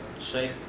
shape